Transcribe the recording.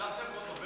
זה הדף של חוטובלי?